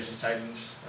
Titans